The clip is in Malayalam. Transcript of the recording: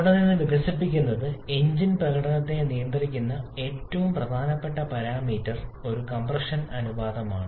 അവിടെ നിന്ന് വികസിക്കുന്നത് എഞ്ചിൻ പ്രകടനത്തെ നിയന്ത്രിക്കുന്ന ഏറ്റവും പ്രധാനപ്പെട്ട പാരാമീറ്റർ ഒരു കംപ്രഷൻ അനുപാതമാണ്